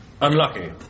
unlucky